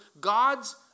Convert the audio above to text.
God's